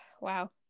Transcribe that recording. wow